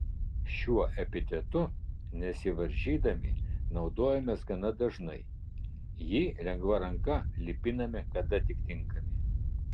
šiuo epitetu nesivaržydami naudojamės gana dažnai jį lengva ranka lipiname kada tik tinkami